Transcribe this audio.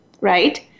right